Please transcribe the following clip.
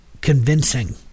convincing